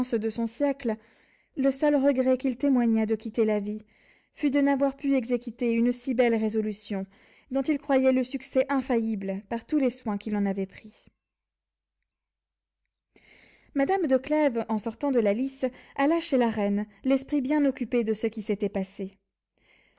de son siècle le seul regret qu'il témoigna de quitter la vie fut de n'avoir pu exécuter une si belle résolution dont il croyait le succès infaillible par tous les soins qu'il en avait pris madame de clèves en sortant de la lice alla chez la reine l'esprit bien occupé de ce qui s'était passé